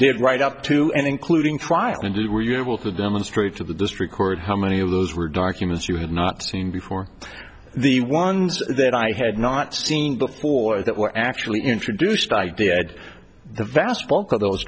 did right up to and including trying to do were you able to demonstrate to the district court how many of those were documents you had not seen before the ones that i had not seen before that were actually introduced by dad the vast bulk of those